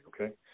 okay